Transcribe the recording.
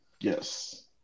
Yes